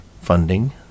funding